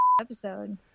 episode